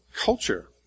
culture